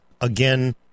again